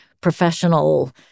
professional